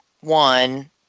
one